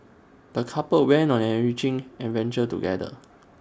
the couple went on an enriching adventure together